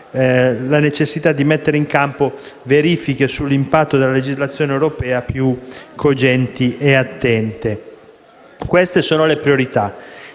la necessità di mettere in campo verifiche sull'impatto della legislazione europea più cogenti e attente. Queste sono le priorità.